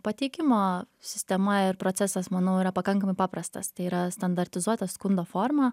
pateikimo sistema ir procesas manau yra pakankamai paprastas tai yra standartizuota skundo forma